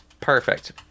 Perfect